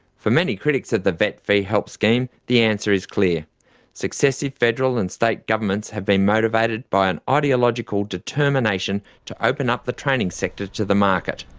for many critics of the vet fee-help scheme, the answer is clear successive federal and state governments have been motivated by an ideological determination to open up the training sector to the market,